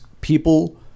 people